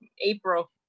April